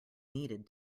needed